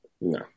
no